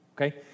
okay